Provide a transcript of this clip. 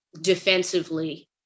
defensively